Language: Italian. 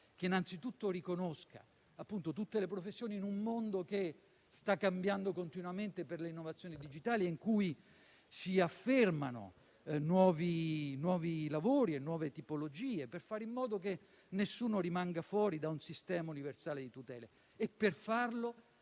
che innanzitutto riconosca tutte le professioni (in un mondo che sta cambiando continuamente per le innovazioni digitali e in cui si affermano nuovi lavori e nuove tipologie) per fare in modo che nessuno rimanga fuori da un sistema universale di tutele. E per farlo